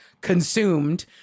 consumed